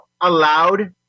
allowed